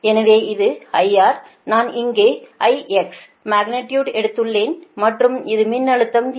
எனவே இது IR நான் இங்கே IX மக்னிடியுடு எடுத்துள்ளேன் மற்றும் இது மின்னழுத்தம் VS